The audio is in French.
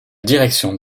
direction